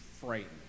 frightened